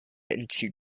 into